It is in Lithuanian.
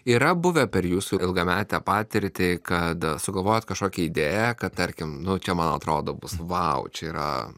yra buvę per jūsų ilgametę patirtį kad sugalvojate kažkokią idėją kad tarkim nu čia man atrodo bus vau čia yra